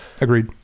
Agreed